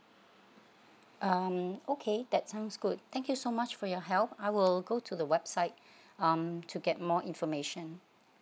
um okay that sounds good thank you so much for your help I will go to the website um to get more information